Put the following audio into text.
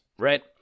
right